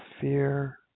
fear